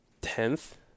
tenth